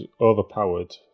overpowered